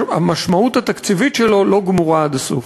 המשמעות התקציבית שלו לא גמורה עד הסוף.